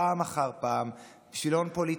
פעם אחר פעם, בשביל הון פוליטי.